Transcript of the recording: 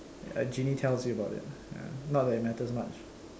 a genie tells you about it ya not that it matters much